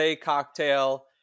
cocktail